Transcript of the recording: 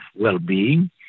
well-being